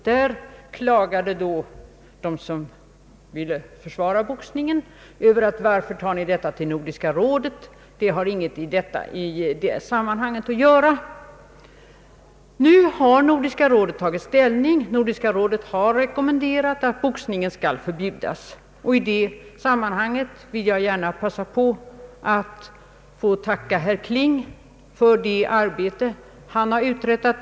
Där klagade då de som ville försvara boxningen över att man tog upp frågan i Nordiska rådet där den inte hade att skaffa. Nu har Nordiska rådet tagit ställning och rekommenderat att boxningen skall förbjudas. I det sammanhanget vill jag gärna passa på att tacka herr Kling för det arbete han har uträttat.